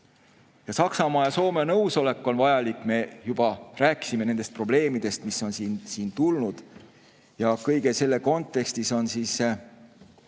Saksamaa ja Soome nõusolek on vajalik, me juba rääkisime nendest probleemidest, mis on siin tulnud. Kõige selle kontekstis on meil